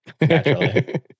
Naturally